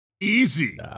Easy